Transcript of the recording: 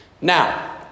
Now